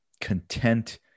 content